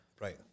Right